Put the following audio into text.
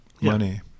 money